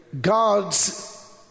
God's